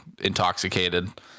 intoxicated